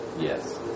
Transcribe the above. Yes